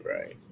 right